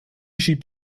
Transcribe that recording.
schiebt